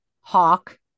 hawk